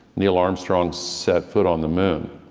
neil armstrong set foot on the moon.